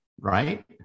right